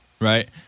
Right